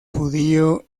judío